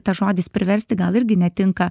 tas žodis priversti gal irgi netinka